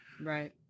Right